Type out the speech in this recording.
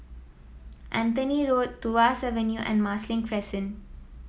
Anthony Road Tuas Avenue and Marsiling Crescent